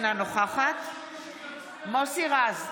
אינה נוכחת מוסי רז,